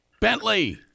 Bentley